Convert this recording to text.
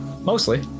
mostly